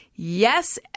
Yes